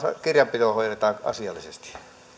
kirjanpito hoidetaan asiallisesti